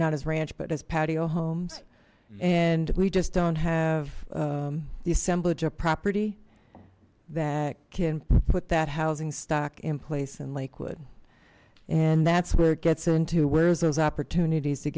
not as ranch but as patio homes and we just don't have the assemblage of property that can put that housing stock in place in lakewood and that's where it gets into where's those opportunities to